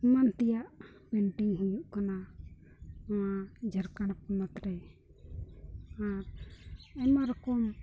ᱮᱢᱟᱱ ᱛᱮᱭᱟᱜ ᱯᱮᱱᱴᱤᱝ ᱦᱩᱭᱩᱜ ᱠᱟᱱᱟ ᱱᱚᱣᱟ ᱡᱷᱟᱲᱠᱷᱚᱸᱰ ᱯᱚᱱᱚᱛ ᱨᱮ ᱟᱨ ᱟᱭᱢᱟ ᱨᱚᱠᱚᱢ